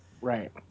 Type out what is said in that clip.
Right